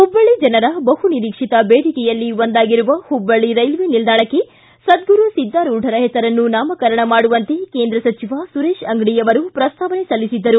ಹುಬ್ಬಳ್ಳಿ ಜನರ ಬಹುನಿರೀಕ್ಷಿತ ಬೇಡಿಕೆಯಲ್ಲಿ ಒಂದಾಗಿರುವ ಹುಬ್ಬಳ್ಳಿ ರೈಲ್ವೆ ನಿಲ್ದಾಣಕ್ಕೆ ಸದ್ಗುರು ಸಿದ್ದಾರೂಢರ ಹೆಸರನ್ನು ನಾಮಕರಣ ಮಾಡುವಂತೆ ಕೇಂದ್ರ ಸಚಿವ ಸುರೇಶ ಅಂಗಡಿಯವರು ಪ್ರಸ್ತಾವನೆ ಸಲ್ಲಿಸಿದ್ದರು